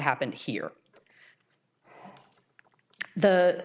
happened here the